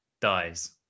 dies